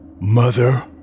Mother